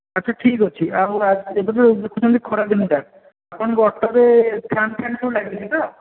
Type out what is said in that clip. ଆଛା ଠିକ୍ ଅଛି ଆଉ ଏବେ ତ ଦେଖୁଛନ୍ତି ଖରା ଦିନଟା ଆପଣଙ୍କ ଅଟୋରେ ଫ୍ୟାନ୍ ଫ୍ୟାନ୍ ସବୁ ଲାଗିଛି ତ